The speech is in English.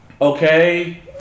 Okay